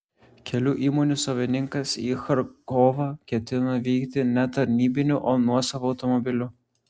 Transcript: kelių įmonių savininkas į charkovą ketino vykti ne tarnybiniu o nuosavu automobiliu